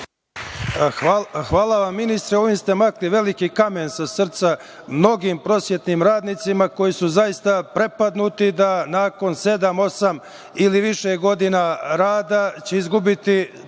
Hvala, ministre. Ovim ste makli veliki kamen sa srca mnogim prosvetnim radnicima koji su zaista prepadnuti da nakon sedam, osam ili više godina rada će izgubiti